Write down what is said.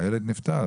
הילד נפטר.